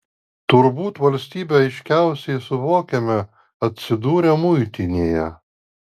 turbūt valstybę aiškiausiai suvokiame atsidūrę muitinėje